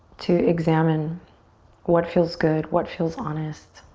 to examine what feels good, what feels honest,